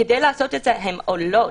כדי לעשות את זה הן עולות,